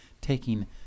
taking